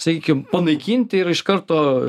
sakykim panaikinti ir iš karto